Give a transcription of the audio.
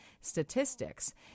statistics